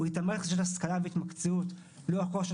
הוא --- ברכישת השכלה והתמקצעות לאורך כל שנות